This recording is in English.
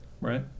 right